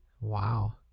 Wow